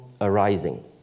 arising